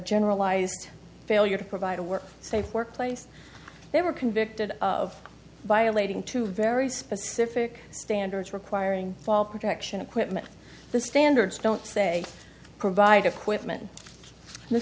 generalized failure to provide a work safe workplace they were convicted of violating two very specific standards requiring fall protection equipment the standards don't say provide